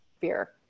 fear